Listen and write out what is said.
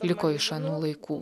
liko iš anų laikų